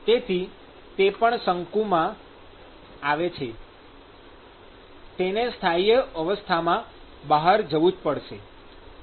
તેથી જે પણ શંકુમાં આવે છે તેને સ્થાયી અવસ્થામાં બહાર જવું જ પડશે